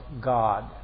God